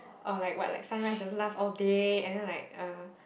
or like what like sunrise doesn't last all day and then like uh